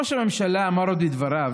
ראש הממשלה אמר עוד בדבריו